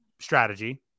strategy